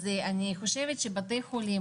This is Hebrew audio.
אז אני חושבת שבתי חולים,